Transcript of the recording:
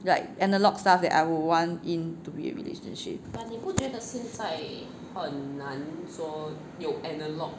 like analog stuff that I in to be a relationship